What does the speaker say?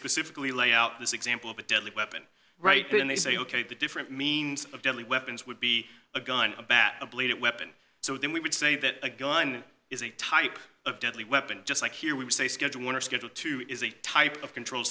specifically lay out this example of a deadly weapon right then they say ok the different means of deadly weapons would be a gun a bat a blade at weapon so then we would say that a gun is a type of deadly weapon just like here we would say schedule one or schedule two is a type of controlled